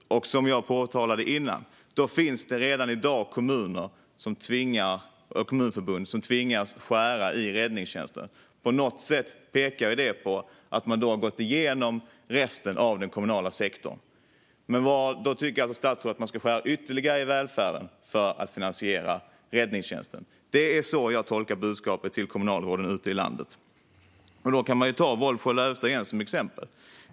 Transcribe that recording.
Som jag påpekade tidigare finns det redan i dag kommunförbund som tvingas skära i räddningstjänsten. På något sätt pekar det på att man då har gått igenom resten av den kommunala sektorn. Då tycker alltså statsrådet att man ska skära ytterligare i välfärden för att finansiera räddningstjänsten. Det är så jag tolkar budskapet till kommunalråden ute i landet. Då kan jag ta Vollsjö och Lövestad igen som exempel.